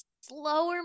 slower